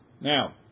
now